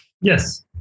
Yes